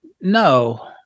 no